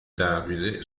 davide